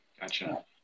Gotcha